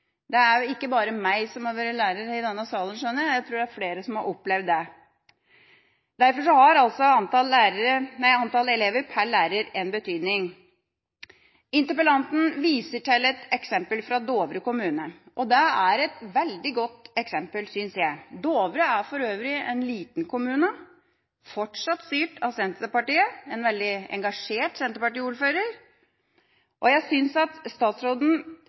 Det er ikke bare jeg som har vært lærer i denne salen, skjønner jeg, jeg tror det er flere som har opplevd det. Derfor har antall elever per lærer en betydning. Interpellanten viser til et eksempel fra Dovre kommune. Det er et veldig godt eksempel synes jeg. Dovre er for øvrig en liten kommune, fortsatt styrt av Senterpartiet – en veldig engasjert senterpartiordfører. Statsråden tok etter min mening kanskje litt lett på resultatene de har fått til nå, men jeg skal gi statsråden